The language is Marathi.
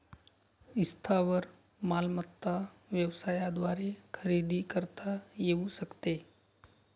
स्थावर मालमत्ता व्यवसायाद्वारे खरेदी करता येऊ शकते